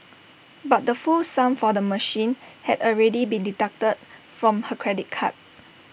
but the full sum for the machine had already been deducted from her credit card